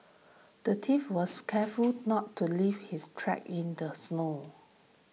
the thief was careful not to leave his tracks in the snow